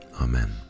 Amen